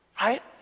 right